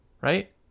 right